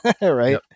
Right